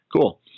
cool